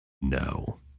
No